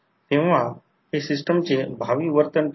म्हणून मला आशा आहे की I2 आणि I2 अँटी फेजमध्ये आहेत